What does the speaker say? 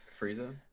Frieza